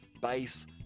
bass